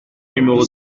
numéro